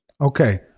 Okay